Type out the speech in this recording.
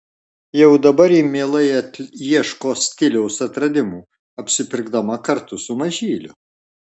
jau dabar ji mielai ieško stiliaus atradimų apsipirkdama kartu su mažyliu